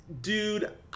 dude